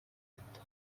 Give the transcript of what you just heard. etti